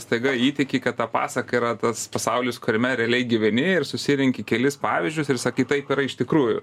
staiga įtiki kad ta pasaka yra tas pasaulis kuriame realiai gyveni ir susirenki kelis pavyzdžius ir sakai taip yra iš tikrųjų